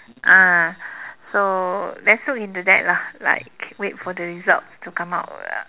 ah so let's hope into that lah like wait for the results to come out